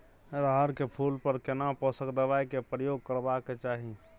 रहर के फूल पर केना पोषक दबाय के प्रयोग करबाक चाही?